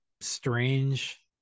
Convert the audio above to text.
strange